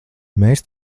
mēs